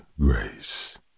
Grace